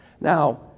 now